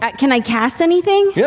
can i cast anything? yeah